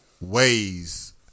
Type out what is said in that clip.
ways